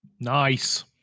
Nice